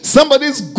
Somebody's